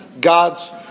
God's